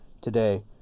today